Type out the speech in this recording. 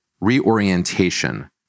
reorientation